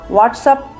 WhatsApp